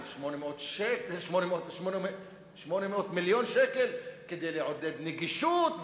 על 800 מיליון שקל כדי לעודד נגישות וכו'